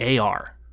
AR